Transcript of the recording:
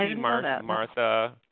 Martha